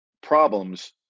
problems